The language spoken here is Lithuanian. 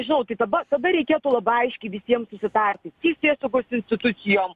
žinau tada reikėtų labai aiškiai visiems susitarti teisėsaugos institucijom